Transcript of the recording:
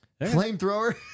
Flamethrower